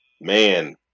Man